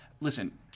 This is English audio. listen